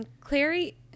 Clary